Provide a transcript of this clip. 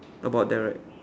about the